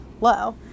low